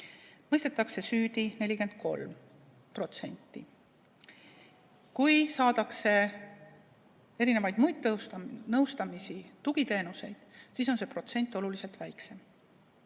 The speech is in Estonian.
mõistetakse [uuesti] süüdi 43%. Kui saadakse erinevaid nõustamisi ja muid tugiteenuseid, siis on see protsent oluliselt väiksem.